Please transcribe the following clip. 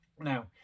Now